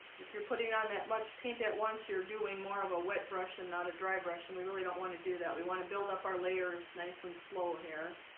if you're putting on that much paint at once you're doing more of a wet brush and not a dry brush and we really don't want to do that. we want to build up our layers nice and slow here